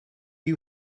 you